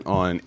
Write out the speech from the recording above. on